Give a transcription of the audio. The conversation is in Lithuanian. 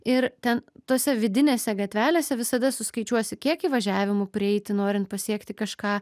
ir ten tose vidinėse gatvelėse visada suskaičiuosi kiek įvažiavimu prieiti norint pasiekti kažką